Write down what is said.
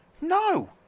No